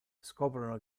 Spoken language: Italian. scoprono